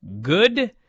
good